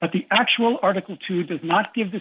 but the actual article two does not give the